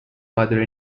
mother